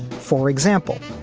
for example,